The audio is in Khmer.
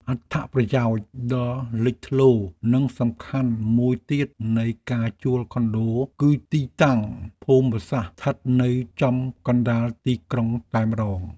អត្ថប្រយោជន៍ដ៏លេចធ្លោនិងសំខាន់មួយទៀតនៃការជួលខុនដូ គឺទីតាំងភូមិសាស្ត្រស្ថិតនៅចំកណ្តាលទីក្រុងតែម្តង។